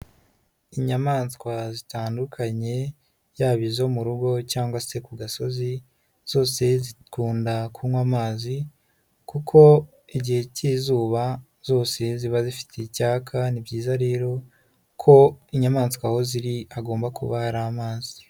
Inyamaswa zitandukanye yaba izo mu rugo cyangwa se ku gasozi, zose zikunda kunywa amazi kuko igihe cy'izuba zose ziba zifite icyaka, ni byiza rero ko inyamaswa aho ziri hagomba kuba hari amazi.